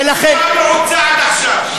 למה לא הוקמה מועצה עד עכשיו?